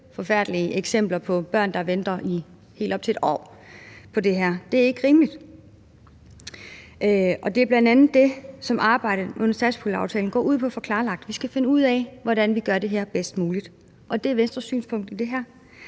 forfærdelige eksempler på børn, der venter i helt op til et år, og det er ikke rimeligt. Det er bl.a. det, som arbejdet under satspuljeaftalen går ud på at få klarlagt. Vi skal finde ud af, hvordan vi gør det her bedst muligt. Og det er Venstres synspunkt på det her.